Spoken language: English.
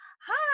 hi